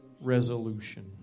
resolution